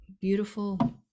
beautiful